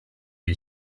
wie